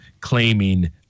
claiming